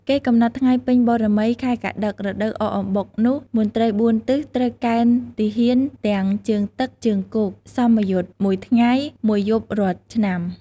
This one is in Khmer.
គេកំណត់ថ្ងៃ ពេញ បូណ៌មី ខែកត្តិក រដូវអកអំបុកនោះមន្ត្រី៤ទិស ត្រូវកេណ្ឌទាហានទាំងជើងទឹក ជើងគោក «សមយុទ្ធ» ១ថ្ងៃ ១យប់រាល់ឆ្នាំ។